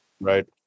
right